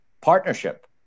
partnership